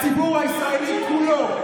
הציבור הישראלי כולו.